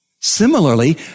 Similarly